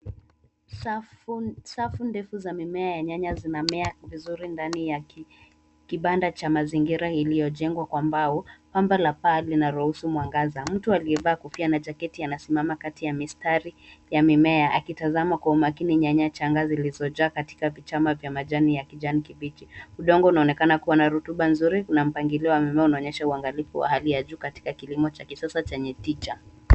Safu ndefu za mimea ya nyanya zinamea vizuri ndani ya kibanda cha mazingira iliyojengwa kwa mbao. Pamba la paa linaruhusu mwangaza. Mtu aliyevaa kofia na jaketi anasimama kati ya mistari ya mimea, akitazama kwa umakini nyanya changa zilizojaa katika vichama vya majani ya kijani kibichi. Udongo unaonekana kuwa na rutuba nzuri, na mpangilio wa mimea unaonyesha uangalifu wa hali ya juu katika kilimo cha kisasa chenye tija.